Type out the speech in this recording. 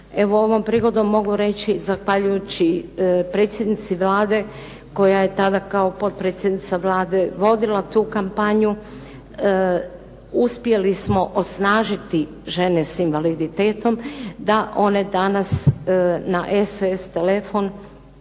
Evo ovom prigodom mogu reći zahvaljujući predsjednici Vlade, koja je tada kao potpredsjednica Vlade vodila tu kampanju, uspjeli smo osnažiti žene s invaliditetom da one danas na SOS telefon